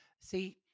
See